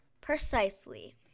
Precisely